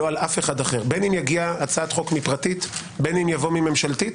לא על אף אחד אחר בין תגיע הצעת חוק פרטית ובין תבוא ממשלתית